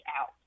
out